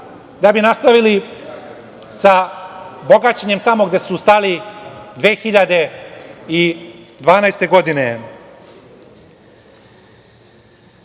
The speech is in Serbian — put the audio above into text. da bi nastavili sa bogaćenjem tamo gde su stali 2012. godine. Takođe,